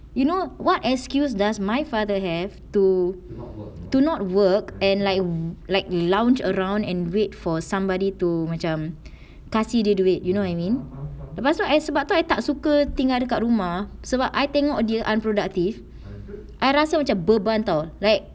you know what excuse does my father have to to not work and like like lounge around and wait for somebody to macam kasih dia duit you know what you mean lepas tu I tak suka tinggal dekat rumah sebab I tengok dia unproductive I rasa macam beban [tau] like